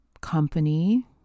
company